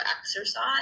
exercise